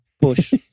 Push